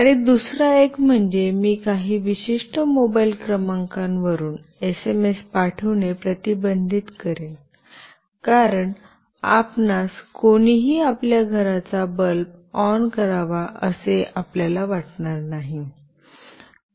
आणि दुसरा एक म्हणजे मी काही विशिष्ट मोबाइल क्रमांकावरून एसएमएस पाठविणे प्रतिबंधित करेन कारण आपणास कोणीही आपल्या घराचा बल्ब ऑन करावा असे आपल्याला वाटणार नाही